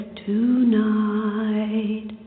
tonight